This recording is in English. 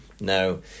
No